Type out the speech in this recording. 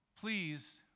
please